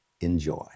Enjoy